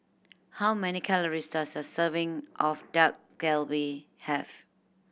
how many calories does a serving of Dak Galbi have